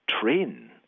train